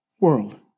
world